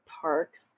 parks